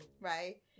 right